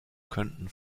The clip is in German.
könnten